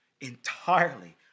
entirely